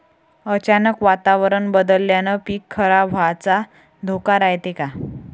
अचानक वातावरण बदलल्यानं पीक खराब व्हाचा धोका रायते का?